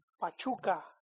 Pachuca